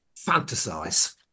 fantasize